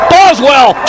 Boswell